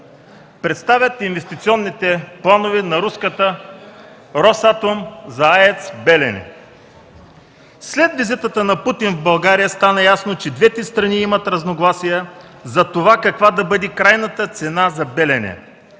„Представят инвестиционните планове на руската „Росатом” за АЕЦ „Белене”. След визитата на Путин в България стана ясно, че двете страни имат разногласия за това каква да бъде крайната цена за „Белене”.